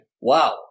Wow